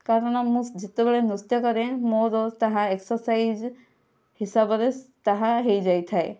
କାରଣ ମୁଁ ଯେତେବେଳେ ନୃତ୍ୟ କରେ ମୋର ତାହା ଏକ୍ସରସାଇଜ୍ ହିସାବରେ ତାହା ହୋଇଯାଇଥାଏ